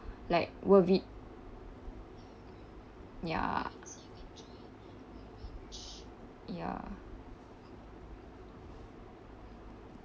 like worth it ya ya